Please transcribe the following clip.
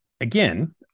again